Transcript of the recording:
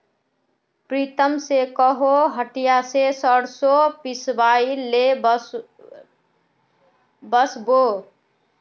प्रीतम स कोहो हटिया स सरसों पिसवइ ले वस बो